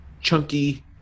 chunky